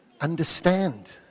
Understand